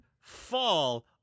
fall